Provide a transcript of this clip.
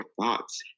thoughts